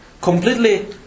completely